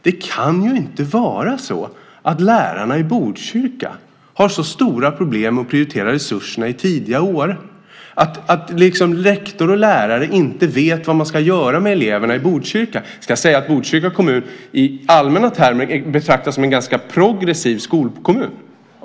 Det kan ju inte vara så att lärarna i Botkyrka har så stora problem att prioritera resurserna i tidiga år och att rektor och lärare inte vet vad man ska göra med eleverna i Botkyrka. Jag ska också säga att Botkyrka kommun i allmänna termer betraktas som en ganska progressiv skolkommun.